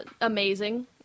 amazing